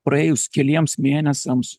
praėjus keliems mėnesiams